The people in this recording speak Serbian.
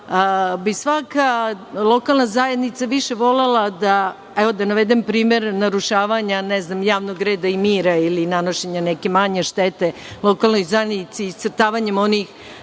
bi svaka lokalna zajednica više volela, evo da navedem primer narušavanja javnog reda i mira ili nanošenja neka manje štete lokalnoj zajednici iscrtavanjem onih